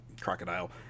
crocodile